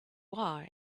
are